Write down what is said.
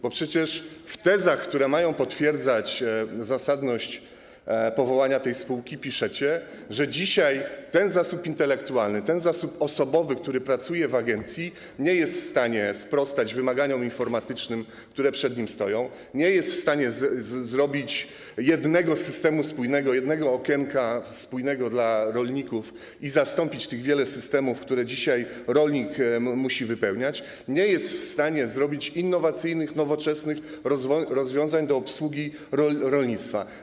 Bo przecież w tezach, które mają potwierdzać zasadność powołania tej spółki, piszecie, że dzisiaj zasób intelektualny, zasób osobowy, który pracuje w agencji, nie jest w stanie sprostać wymaganiom informatycznym, które przed nim stoją, nie jest w stanie zrobić jednego spójnego systemu, jednego okienka spójnego dla rolników i zastąpić tych wielu systemów, w których dzisiaj rolnik musi wypełniać wnioski, nie jest w stanie zrobić innowacyjnych, nowoczesnych rozwiązań przeznaczonych do obsługi rolnictwa.